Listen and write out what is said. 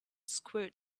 squirt